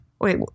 Wait